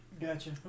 Gotcha